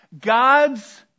God's